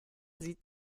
sieht